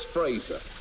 Fraser